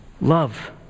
love